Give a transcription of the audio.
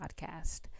podcast